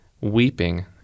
weeping